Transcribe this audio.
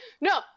no